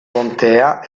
contea